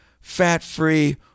fat-free